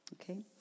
Okay